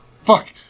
Fuck